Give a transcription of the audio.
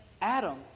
Adam